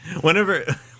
whenever